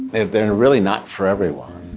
and they're really not for everyone.